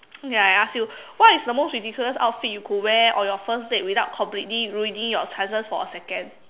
okay I ask you what is the most ridiculous outfit you could wear on your first date without completely ruining your chances for a second